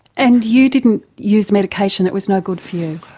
and you didn't use medication, it was no good for you.